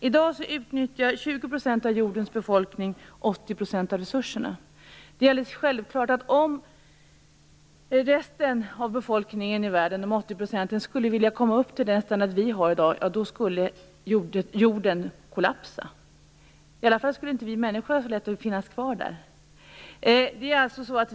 I dag utnyttjar 20 % av jordens befolkning 80 % av resurserna. Det är alldeles självklart att om de resterande åttio procenten av världens befolkning ville komma upp till den standard som vi i dag har skulle jorden kollapsa. I alla fall skulle det då inte vara så lätt för oss människor att finnas kvar på jorden.